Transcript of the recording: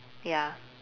ya